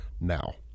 now